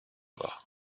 war